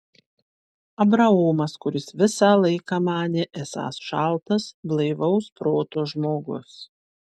abraomas kuris visą laiką manė esąs šaltas blaivaus proto žmogus